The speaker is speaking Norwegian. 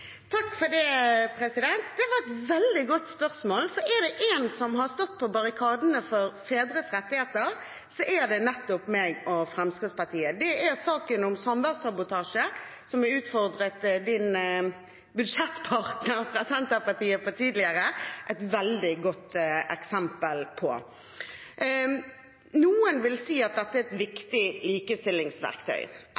Det var et veldig godt spørsmål, for er det noen som har stått på barrikadene for fedres rettigheter, er det nettopp jeg og Fremskrittspartiet. Det er saken om samværssabotasje, som jeg har utfordret representantens budsjettpartner Senterpartiet på tidligere, et veldig godt eksempel på. Noen vil si at dette er et